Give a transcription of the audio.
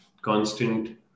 Constant